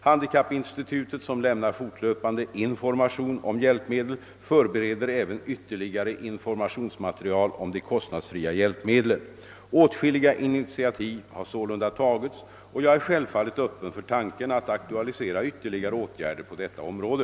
Handikappinstitutet, som lämnar fortlöpande information om hjälpmedel, förbereder även ytterligare informationsmaterial om de kostnadsfria hjälpmedlen. Åtskilliga initiativ har sålunda tagits, och jag är självfallet öppen för tanken att aktualisera ytterligare åtgärder på detta område.